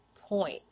point